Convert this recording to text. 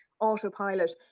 autopilot